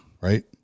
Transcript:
Right